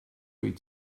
wyt